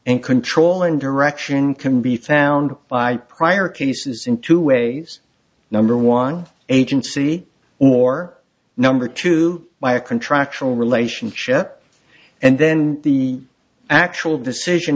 and control and direction can be found by prior cases in two ways number one agency or number two by a contractual relationship and then the actual decision